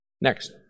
Next